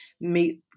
meet